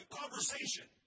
conversation